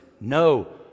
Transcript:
no